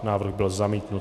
Návrh byl zamítnut.